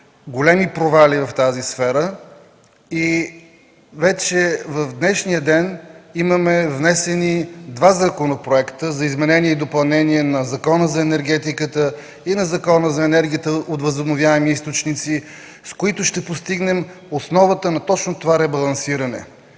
големи провали в тази сфера. В днешния ден вече имаме внесени два законопроекта за изменение и допълнение на Закона за енергетиката и на Закона за енергията от възобновяеми източници, с които ще постигнем основата на точно това ребалансиране.